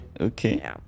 okay